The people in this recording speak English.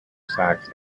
sax